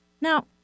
Now